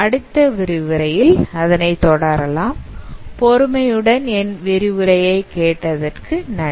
அடுத்த விரிவுரையில் அதனை தொடரலாம் பொறுமையுடன் என் விரிவுரையை கேட்டதற்கு நன்றி